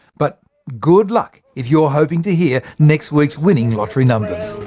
but good luck if you're hoping to hear next week's winning lottery numbers.